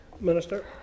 Minister